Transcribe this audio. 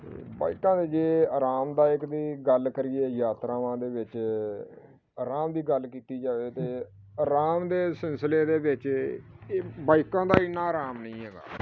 ਅਤੇ ਬਾਈਕਾਂ ਦੇ ਜੇ ਆਰਾਮਦਾਇਕ ਦੀ ਗੱਲ ਕਰੀਏ ਯਾਤਰਾਵਾਂ ਦੇ ਵਿੱਚ ਆਰਾਮ ਦੀ ਗੱਲ ਕੀਤੀ ਜਾਵੇ ਤਾਂ ਆਰਾਮ ਦੇ ਸਿਲਸਿਲੇ ਦੇ ਵਿੱਚ ਇਹ ਇਹ ਬਾਈਕਾਂ ਦਾ ਇੰਨਾ ਆਰਾਮ ਨਹੀਂ ਹੈਗਾ